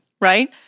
right